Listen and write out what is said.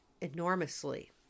enormously